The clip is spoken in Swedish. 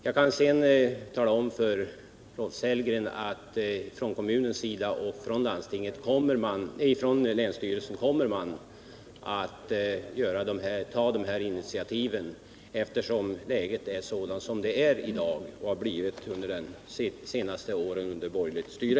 Jag kan tala om för Rolf Sellgren att både från kommunens och från länsstyrelsens sida kommer man att ta initiativ i denna fråga, eftersom läget nu är som det är med sysselsättningen och har blivit under de senaste åren av borgerligt styre.